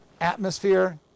atmosphere